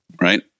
Right